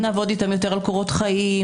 נעבוד איתם יותר על קורות חיים,